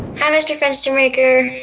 kind of mr. fenstermaker.